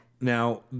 now